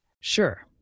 Sure